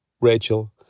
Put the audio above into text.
Rachel